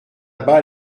bas